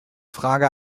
frage